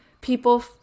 people